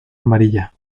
amarilla